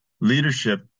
leadership